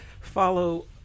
follow